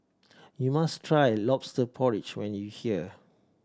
you must try Lobster Porridge when you here